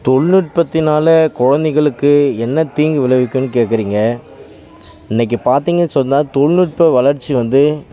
தொழில்நுட்பத்தினால் குழந்தைகளுக்கு என்ன தீங்கு விளைவிக்கும்னு கேட்குறீங்க இன்னைக்கி பார்த்திங்கன்னு சொன்னால் தொழில்நுட்ப வளர்ச்சி வந்து